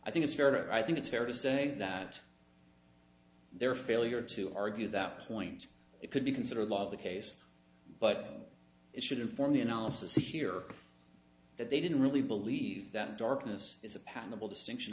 i think it's fair i think it's fair to say that their failure to argue that point it could be considered law of the case but it should inform the analysis here that they didn't really believe that darkness is a patentable distinction